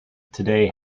today